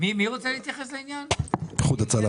בתקצוב להיערכות לקראת רעידת אדמה,